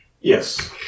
Yes